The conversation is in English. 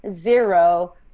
zero